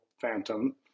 phantom